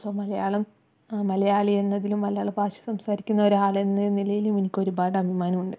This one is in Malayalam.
സോ മലയാളം മലയാളി എന്നതിലും മലയാള ഭാഷ സംസാരിക്കുന്ന ഒരാളെന്നതിലും എനിക്കൊരുപാട് അഭിമാനമുണ്ട്